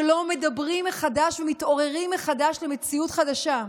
שלא מדברים מחדש ומתעוררים מחדש למציאות חדשה,